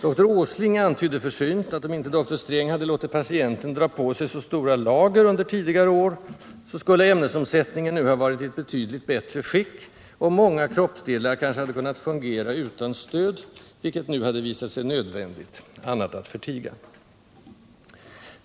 Doktor Åsling antydde försynt att om inte doktor Sträng hade låtit patienten dra på sig så stora lager under tidigare år, så skulle ämnesomsättningen nu varit i ett betydligt bättre skick och många kroppsdelar kanske kunnat fungera utan stöd, vilket nu hade visat sig nödvändigt, annat att förtiga.